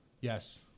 Yes